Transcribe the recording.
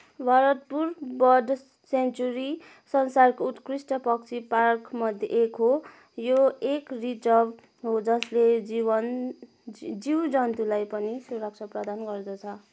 Bharatpur bird sanctuary संसारको उत्कृष्ट पक्षी पार्क मध्ये एक हो यो एक रिजर्व हो जसले जीवन जीव जन्तुलाई पनि सुरक्षा प्रदान गर्दछ